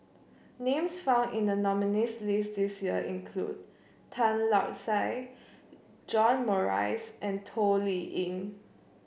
names found in the nominees' list this year include Tan Lark Sye John Morrice and Toh Liying